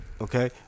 Okay